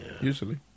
usually